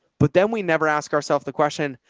but then we never ask ourselves the question,